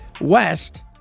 West